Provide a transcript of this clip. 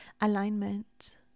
alignment